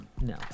no